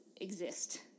exist